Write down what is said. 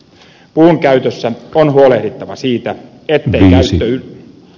puun käytössä on huolehdittava siitä ettei